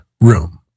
room